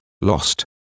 lost